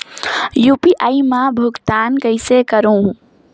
UPI मा भुगतान कइसे करहूं?